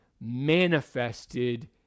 manifested